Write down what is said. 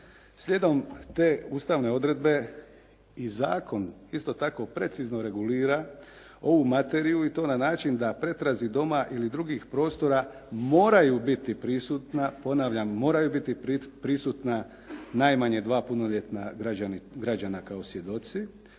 Slijedom te ustavne odredbe i zakon isto tako precizno regulira ovu materiju i to na način da pretrazi doma ili drugih prostora moraju biti prisutna, ponavljam moraju biti prisutna najmanje dva punoljetna građana kao svjedoci,